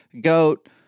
goat